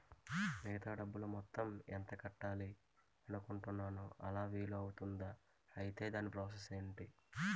మిగతా డబ్బు మొత్తం ఎంత కట్టాలి అనుకుంటున్నాను అలా వీలు అవ్తుంధా? ఐటీ దాని ప్రాసెస్ ఎంటి?